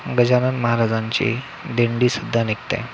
गजानन महाराजांची दिंडीसुद्धा निघते